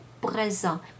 présent